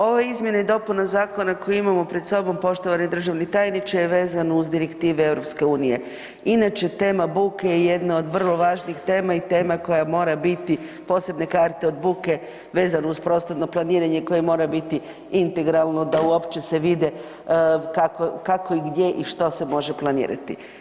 Ova izmjena i dopuna zakona koju imamo pred sobom poštovani državni tajniče je vezana uz Direktive EU, inače tema buke je jedna od vrlo važnih tema i tema koja mora biti, posebne karte od buke vezano uz prostorno planiranje koje mora biti integralo da uopće se vide kako i gdje i što se može planirati.